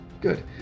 good